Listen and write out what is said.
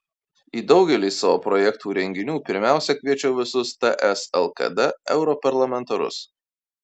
į daugelį savo projektų renginių pirmiausia kviečiau visus ts lkd europarlamentarus